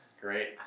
Great